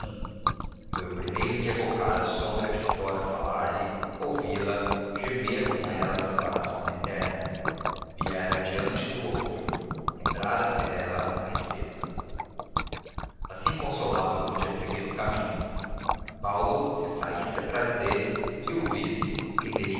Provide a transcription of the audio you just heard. foi o primeiro em evocar a sombra de flora falar-lhe ouvi-la gemer com ela a separação eterna viera adiante do outro lembrara se dela mais cedo assim consolado podia seguir caminho paulo se saísse atrás dele e o visse entenderia